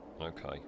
Okay